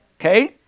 Okay